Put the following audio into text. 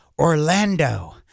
Orlando